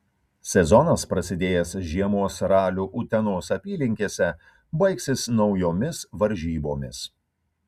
sezonas prasidėjęs žiemos raliu utenos apylinkėse baigsis naujomis varžybomis